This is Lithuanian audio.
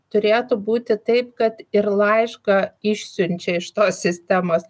turėtų būti taip kad ir laišką išsiunčia iš tos sistemos